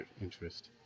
interest